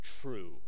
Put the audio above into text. true